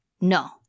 No